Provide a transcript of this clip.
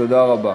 תודה רבה.